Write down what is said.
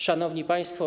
Szanowni Państwo!